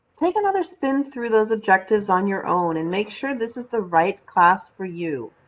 take another spin through those objectives on your own, and make sure this is the right class for you.